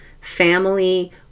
family